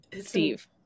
Steve